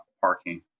parking